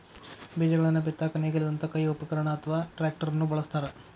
ಬೇಜಗಳನ್ನ ಬಿತ್ತಾಕ ನೇಗಿಲದಂತ ಕೈ ಉಪಕರಣ ಅತ್ವಾ ಟ್ರ್ಯಾಕ್ಟರ್ ನು ಬಳಸ್ತಾರ